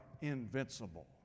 invincible